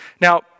Now